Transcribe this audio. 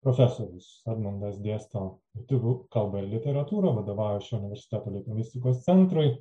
profesorius edmundas dėsto lietuvių kalbą ir literatūrą vadovauja šio universiteto lituanistikos centrui